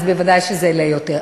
אז ודאי שזה יעלה יותר.